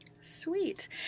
Sweet